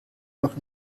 noch